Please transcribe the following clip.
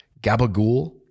Gabagool